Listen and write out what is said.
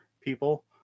people